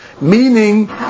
meaning